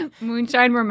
Moonshine